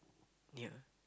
yeah